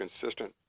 consistent